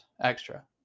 extra